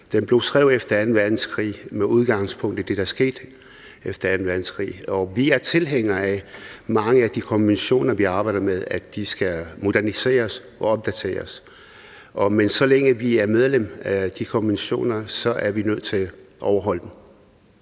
Den blev skrevet efter anden verdenskrig med udgangspunkt i det, der skete efter anden verdenskrig, og vi er tilhængere af, at mange af de konventioner, vi arbejder med, skal moderniseres og opdateres. Men så længe vi er medlem af de konventioner, er vi nødt til at overholde dem.